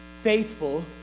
faithful